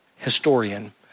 historian